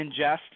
ingest